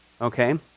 okay